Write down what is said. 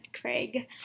Craig